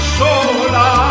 sola